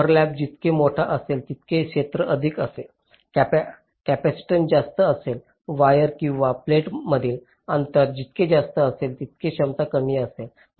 overlap जितके मोठे असेल तितके क्षेत्र अधिक असेल कॅपेसिटन्स जास्त असेल वायर किंवा प्लेट्समधील अंतर जितके जास्त असेल तितके क्षमता कमी असेल